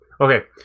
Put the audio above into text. Okay